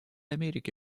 америки